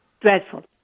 dreadful